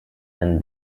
and